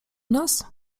nas